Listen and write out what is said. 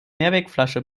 mehrwegflasche